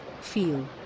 feel